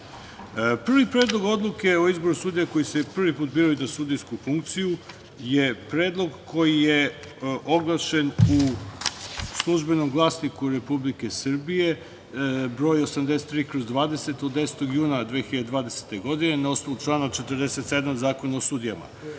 Predlog odluke o izboru sudija koji se prvi put biraju na sudijsku funkciju je predlog koji je oglašen u „Službenom glasniku“ Republike Srbije, broj 83/20 od 10. juna 2020. godine na osnovu člana 47. Zakona o sudijama.